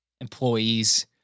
employees